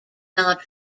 not